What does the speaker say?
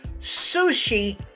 sushi